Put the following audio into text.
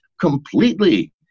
completely